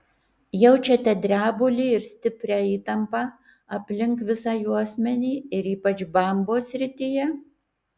jaučiate drebulį ir stiprią įtampą aplink visą juosmenį ir ypač bambos srityje